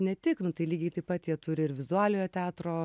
ne tik nu tai lygiai taip pat jie turi ir vizualiojo teatro